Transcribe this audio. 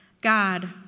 God